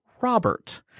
Robert